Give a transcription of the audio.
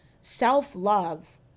Self-love